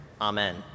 Amen